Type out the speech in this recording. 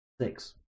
six